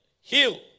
Heal